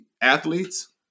athletes